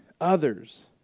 others